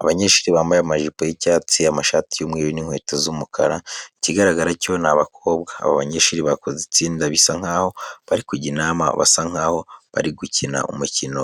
Abanyeshuri bambaye amajipo y'icyatsi, amashati y'umweru n'inkweto z'umukara, ikigaragara cyo ni abakobwa. Aba banyeshuri bakoze itsinda bisa nkaho bari kujya inama, basa nkaho bari gukina umukino